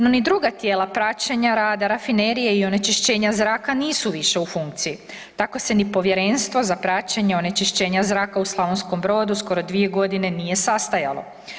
No ni druga tijela praćenja rada Rafinerije i onečišćenja zraka nisu više u funkciji, tako se ni Povjerenstvo za praćenje onečišćenja zraka u Slavonskom Brodu skoro 2 godine nije sastajalo.